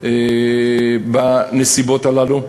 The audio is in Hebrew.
בנסיבות הללו.